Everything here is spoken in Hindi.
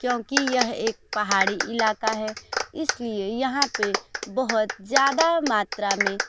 क्योंकि यह एक पहाड़ी इलाका है इसलिए यहाँ पर बहुत ज़्यादा मात्रा में